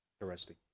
Interesting